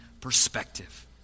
perspective